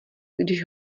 když